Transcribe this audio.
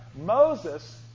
Moses